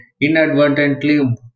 inadvertently